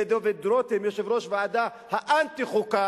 זה דוד רותם יושב-ראש ועדה האנטי-חוקה,